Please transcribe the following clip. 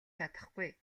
чадахгүй